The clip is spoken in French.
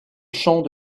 champ